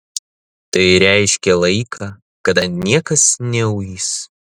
tai reiškė laiką kada niekas neuis